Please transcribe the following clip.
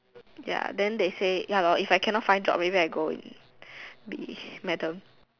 ya then they say ya lor if I cannot find job already then I go in be madam